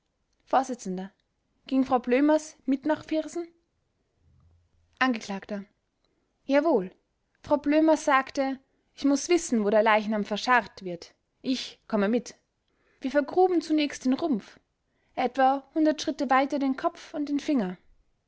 vors ging frau blömers mit nach viersen angekl jawohl frau blömers sagte ich muß wissen wo der leichnam verscharrt wird ich komme mit wir vergruben zunächst den rumpf etwa hundert schritte weiter den kopf und den finger